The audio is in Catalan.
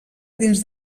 dins